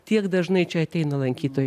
tiek dažnai čia ateina lankytojai